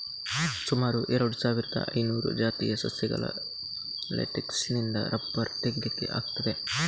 ಸುಮಾರು ಎರಡು ಸಾವಿರದ ಐನೂರು ಜಾತಿಯ ಸಸ್ಯಗಳ ಲೇಟೆಕ್ಸಿನಿಂದ ರಬ್ಬರ್ ತೆಗೀಲಿಕ್ಕೆ ಆಗ್ತದೆ